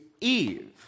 Eve